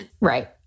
Right